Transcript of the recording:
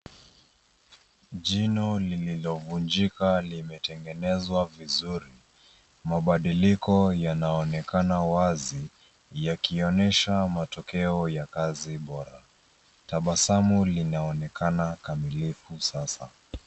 Jino lililovunjika limetengenezwa vizuri. Mabadiliko yanaonekana wazi yakionesha matokeo ya kazi bora. Tabasamu linaonekana kamilifu sasa.